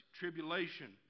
tribulation